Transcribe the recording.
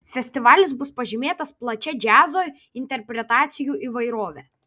festivalis bus pažymėtas plačia džiazo interpretacijų įvairove